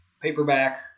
paperback